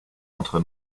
entre